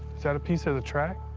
is that a piece of the track?